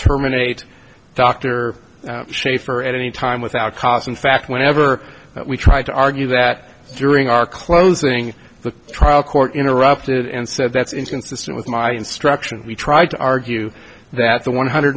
terminate dr shafer at any time without cause in fact whenever we tried to argue that during our closing the trial court interrupted and said that's inconsistent with my instruction we tried to argue that the one hundred